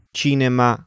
cinema